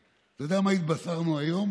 אתה יודע מה התבשרנו היום?